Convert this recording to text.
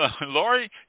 Lori